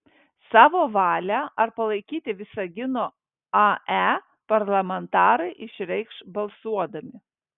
savo valią ar palaikyti visagino ae parlamentarai išreikš balsuodami